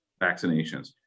vaccinations